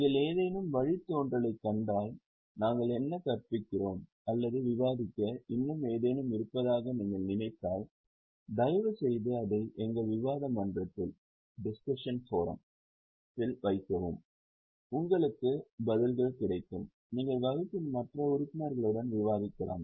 நீங்கள் ஏதேனும் வழித்தோன்றலைக் கண்டால் அல்லது விவாதிக்க இன்னும் ஏதேனும் இருப்பதாக நீங்கள் நினைத்தால் தயவுசெய்து அதை எங்கள் விவாத மன்றத்தில் வைக்கவும் உங்களுக்கு பதில்கள் கிடைக்கும் நீங்கள் வகுப்பின் மற்ற உறுப்பினர்களுடனும் விவாதிக்கலாம்